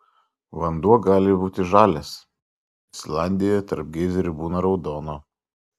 vanduo gali būti žalias islandijoje tarp geizerių būna raudono